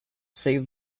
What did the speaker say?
save